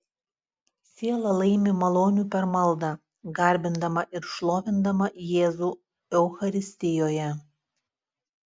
siela laimi malonių per maldą garbindama ir šlovindama jėzų eucharistijoje